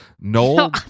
No